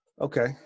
Okay